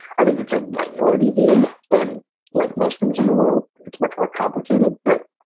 i think it's a minority view. and like most things in the world, it's much more complicated. but,